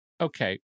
Okay